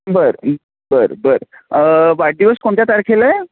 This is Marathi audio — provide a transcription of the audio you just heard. बरं बरं बरं वाढदिवस कोणत्या तारखेला आहे